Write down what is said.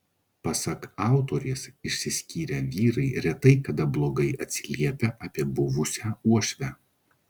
pasak autorės išsiskyrę vyrai retai kada blogai atsiliepia apie buvusią uošvę